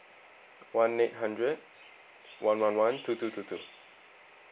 one eight hundred one one one two two two two